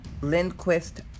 Lindquist